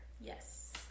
Yes